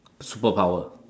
superpower